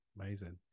amazing